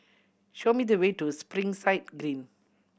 show me the way to Springside Green